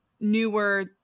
newer